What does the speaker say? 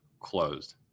closed